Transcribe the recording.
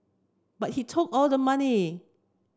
but he took all the money